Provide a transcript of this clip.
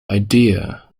idea